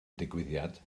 digwyddiad